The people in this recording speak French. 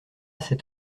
cet